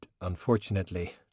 unfortunately